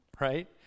right